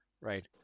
right